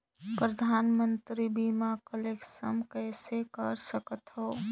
परधानमंतरी मंतरी बीमा क्लेम कइसे कर सकथव?